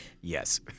Yes